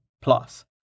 plus